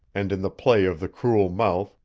and in the play of the cruel mouth,